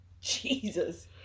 Jesus